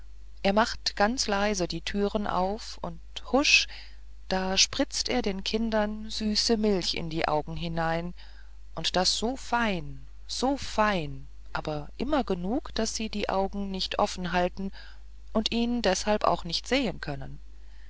er macht ganz leise die thüren auf und husch da spritzt er den kindern süße milch in die augen hinein und das so fein so fein aber immer genug daß sie die augen nicht offenhalten und ihn deshalb auch nicht sehen können